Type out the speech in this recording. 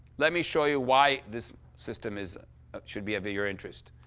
let me show you why this system is should be of your interest.